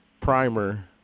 primer